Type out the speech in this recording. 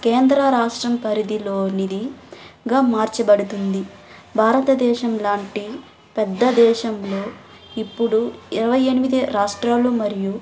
కేంద్రరాష్ట్రం పరిధిలోనిది గా మార్చబడుతుంది భారతదేశం లాంటి పెద్ద దేశంలో ఇప్పుడు ఇరవై ఎనిమిది రాష్ట్రాలు మరియు